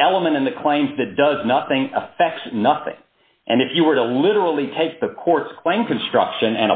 element in the claims that does nothing affects nothing and if you were to literally take the court's claim construction and